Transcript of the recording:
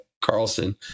Carlson